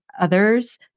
others